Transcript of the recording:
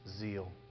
zeal